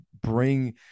bring